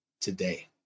today